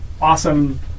awesome